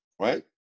right